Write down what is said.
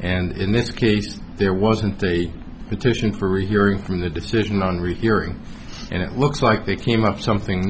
and in this case there wasn't a petition for rehearing from the decision on rehearing and it looks like they came up something